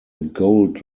gold